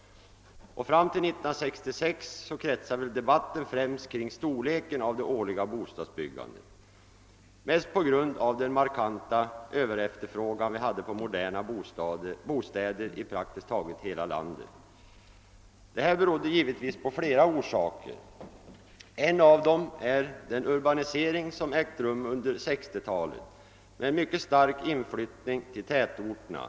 Fram till 1966 kretsade debatten främst kring storleken av det årliga bostadsbyggandet, mest på grund av den markanta överefterfrågan vi hade på moderna bostäder i praktiskt taget hela landet. Orsakerna till denna överefterfrågan var givetvis flera. En av orsakerna har varit den urbanisering som ägt rum under 1960-talet med en mycket stark inflyttning till tätorterna.